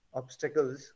obstacles